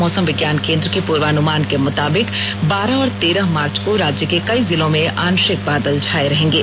मौसम विज्ञानकेंद्र के पूर्वानुमान के मुताबिक बारह और तेरह मार्च को राज्य के कई जिलों में आंशिक बादल छाये रहेंगे